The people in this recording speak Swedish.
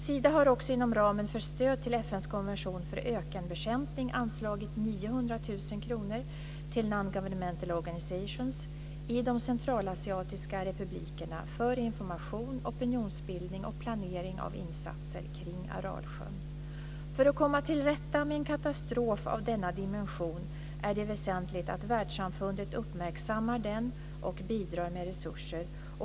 Sida har också, inom ramen för stöd till FN:s konvention för ökenbekämpning, anslagit 900 000 - i de centralasiatiska republikerna för information, opinionsbildning och planering av insatser kring För att komma till rätta med en katastrof av denna dimension är det väsentligt att världssamfundet uppmärksammar den och bidrar med resurser.